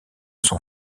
son